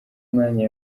umwanya